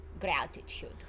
gratitude